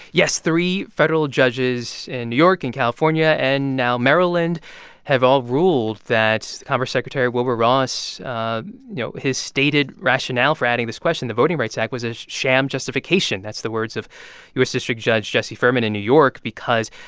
yes. three federal judges in new york and california and now maryland have all ruled that commerce secretary wilbur ross you ah know, his stated rationale for adding this question, the voting rights act, was a sham justification. that's the words of u s. district judge jesse furman in new york because,